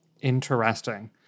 Interesting